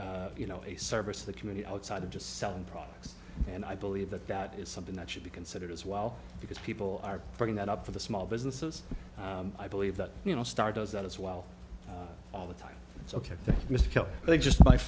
you know a service the community outside of just selling products and i believe that that is something that should be considered as well because people are bringing that up for the small businesses i believe that you know start does that as well all the time it's ok mr kelly they just m